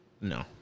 No